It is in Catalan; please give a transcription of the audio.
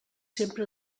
sempre